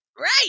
Right